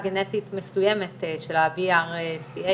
באורח חיים קשורים בהחלט לשינוי בהארות של סרטן